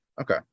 Okay